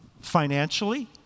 Financially